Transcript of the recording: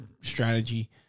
strategy